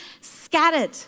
scattered